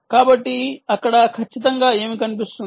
కాబట్టి అక్కడ ఖచ్చితంగా ఏమి కనిపిస్తుంది